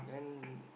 then